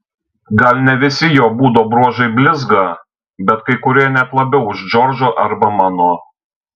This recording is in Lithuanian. gal ne visi jo būdo bruožai blizga bet kai kurie net labiau už džordžo arba mano